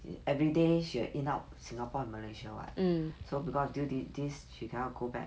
everyday she will in out singapore and malaysia [what] so because due to this she cannot go back